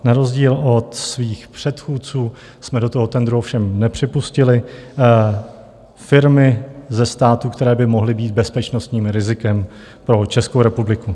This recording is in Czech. Na rozdíl od svých předchůdců jsme do toho tendru ovšem nepřipustili firmy ze států, které by mohly být bezpečnostním rizikem pro Českou republiku.